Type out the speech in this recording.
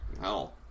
hell